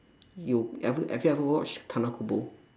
you ever have you ever watch tanah kubur